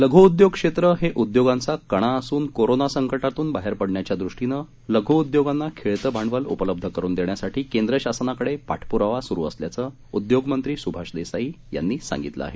लघु उद्योग क्षेत्र हे उद्योगांचा कणा असून कोरोना संकटातून बाहेर पडण्याच्या दृष्टीनं लघु उद्योगांना खेळते भांडवल उपलब्ध करून देण्यासाठी केंद्र शासनाकडे पाठपुरावा सुरू असल्याचं उद्योगमंत्री सुभाष देसाई यांनी सांगितलं आहे